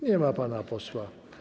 Nie ma pana posła.